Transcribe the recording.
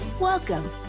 welcome